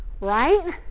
right